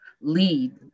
lead